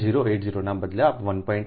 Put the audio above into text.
080 ને બદલે 1